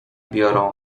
biorą